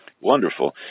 Wonderful